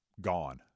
gone